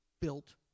built